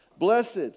Blessed